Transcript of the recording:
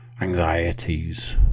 Anxieties